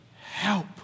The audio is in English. help